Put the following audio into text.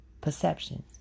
Perceptions